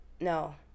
No